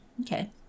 Okay